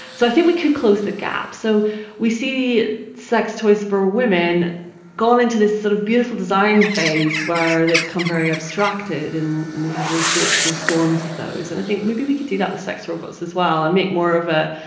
so i think we could close the gap. so we see sex toys for women gone into this sort of beautiful design phase where they've become very abstracted and we have all sorts of forms of those, and i think maybe we could do that with sex robots as well and make more of a,